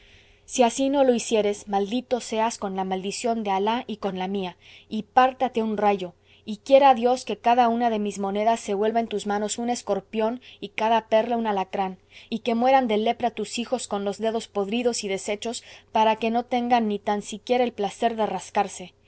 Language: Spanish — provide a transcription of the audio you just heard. si así no lo hicieres maldito seas con la maldición de alah y con la mía y pártate un rayo y quiera dios que cada una de mis monedas se vuelva en tus manos un escorpión y cada perla un alacrán y que mueran de lepra tus hijos con los dedos podridos y deshechos para que no tengan ni tan siquiera el placer de rascarse